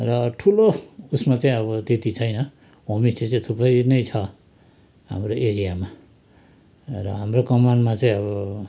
र ठुलो उसमा चाहिँ अब त्यति छैन होमस्टे चाहिँ थुप्रै नै छ हाम्रो एरियामा र हाम्रो कमानमा चाहिँ अब